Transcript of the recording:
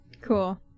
cool